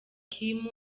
kim